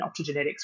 optogenetics